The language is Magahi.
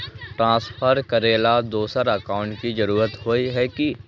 ट्रांसफर करेला दोसर अकाउंट की जरुरत होय है की?